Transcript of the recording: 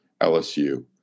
LSU